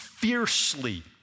Fiercely